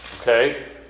Okay